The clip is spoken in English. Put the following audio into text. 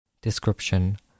Description